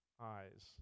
eyes